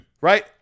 Right